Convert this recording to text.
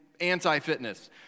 anti-fitness